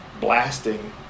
blasting